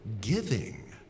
giving